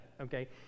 okay